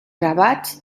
gravats